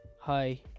hi